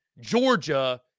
Georgia